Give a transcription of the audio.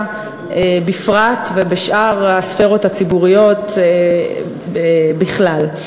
בפרט ובשאר הספֵרות הציבוריות בכלל.